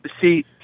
see